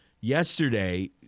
Yesterday